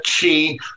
chi